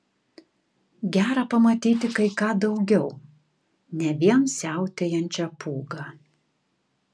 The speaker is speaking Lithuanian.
gera pamatyti kai ką daugiau ne vien siautėjančią pūgą